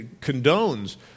condones